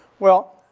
well,